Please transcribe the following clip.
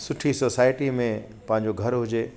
सुठी सोसाइटी में पंहिंजो घरु हुजे